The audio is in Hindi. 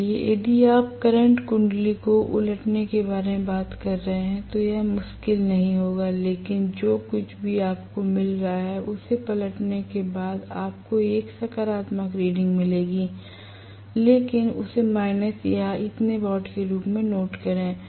इसलिए यदि आप करंट कुंडली को उलटने के बारे में बात कर रहे हैं तो यह मुश्किल नहीं होगा लेकिन जो कुछ भी आपको मिला है उसे उलटने के बाद आपको एक सकारात्मक रिडिंग मिलेगा लेकिन इसे माइनस और इतने वाट के रूप में नोट करें